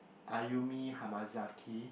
Ayumi Hamazaki